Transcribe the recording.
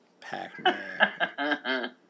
Pac-Man